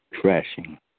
Crashing